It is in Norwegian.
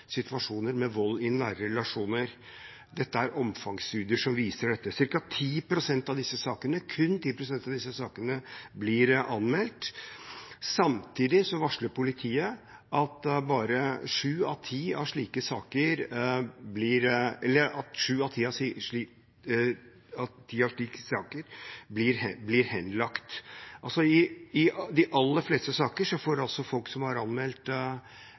situasjoner med vold i nære relasjoner. Det er omfangsstudier som viser dette. Kun ca. 10 pst. av disse sakene blir anmeldt. Samtidig varsler politiet at sju av ti slike saker blir henlagt. I de aller fleste saker får altså folk som har anmeldt